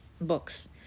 books